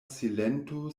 silento